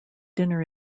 dinner